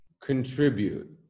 contribute